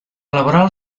laboral